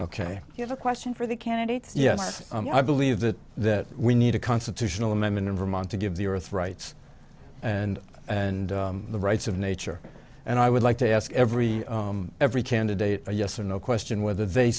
have a question for the candidates yes i believe that that we need a constitutional amendment in vermont to give the earth rights and and the rights of nature and i would like to ask every every candidate yes or no question whe